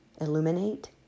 illuminate